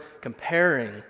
comparing